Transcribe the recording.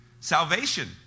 Salvation